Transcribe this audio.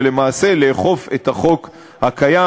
ולמעשה לאכוף את החוק הקיים.